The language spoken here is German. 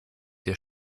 der